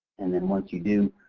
and then once you do,